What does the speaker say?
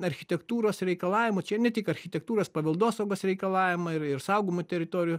architektūros reikalavimų čia ne tik architektūros paveldosaugos reikalavimai ir ir saugomų teritorijų